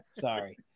Sorry